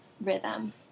rhythm